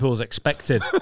expected